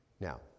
Now